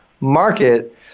market